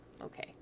Okay